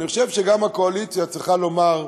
אני חושב שגם הקואליציה צריכה לומר,